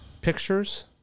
pictures